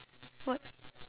what